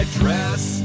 dress